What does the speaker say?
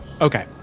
Okay